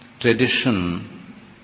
tradition